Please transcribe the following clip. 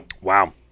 Wow